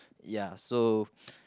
ya so